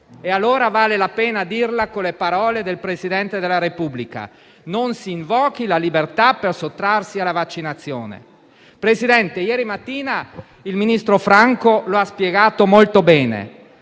allora, la pena dirla con le parole del Presidente della Repubblica: non si invochi la libertà per sottrarsi alla vaccinazione. Presidente, ieri mattina il ministro Franco lo ha spiegato molto bene: